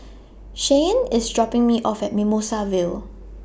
Shyanne IS dropping Me off At Mimosa Vale